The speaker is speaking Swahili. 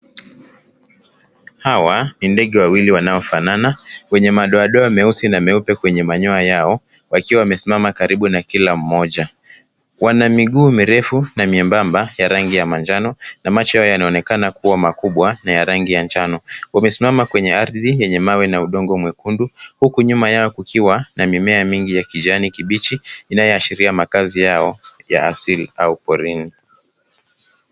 Hawa ni ndege wawili wanaofanana. Wenye madoadoa meusi na meupe kwenye manyoa yao. Wakiwa wamesimama karibu na kila mmoja. Wana miguu mirefu na miambaba ya rangi ya manjano, na macho yao yanaonekana kuwa makubwa na ya rangi ya njano. Wamesima kwenye ardhi yenye mawe na udongo mwekundu. Huku nyuma yao kukiwa na mimea mingi ya kijani kibichi inayoashiria makazi yao ya asili au porini.